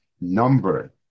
number